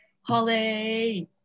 Holly